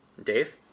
Dave